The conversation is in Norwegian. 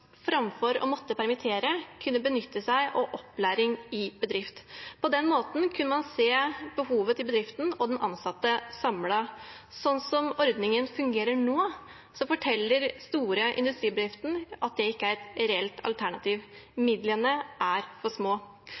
framfor å måtte permittere kunne benytte seg av opplæring i bedrift. På den måten kunne man se behovet til bedriften og den ansatte samlet. Sånn som ordningen fungerer nå, forteller store industribedrifter at det ikke er et reelt alternativ. Midlene er for små.